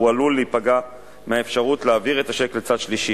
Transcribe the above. הוא עלול להיפגע מהאפשרות להעביר את הצ'ק לצד שלישי.